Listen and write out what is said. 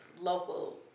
local